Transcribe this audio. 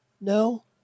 No